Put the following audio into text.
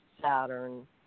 Saturn